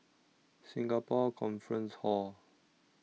Singapore Conference Hall